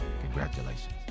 congratulations